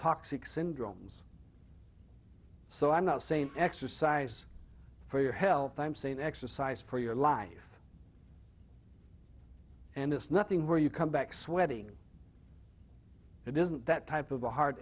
toxic syndromes so i'm not saying exercise for your health i'm saying exercise for your life and it's nothing where you come back sweating it isn't that type of a hear